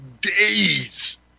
days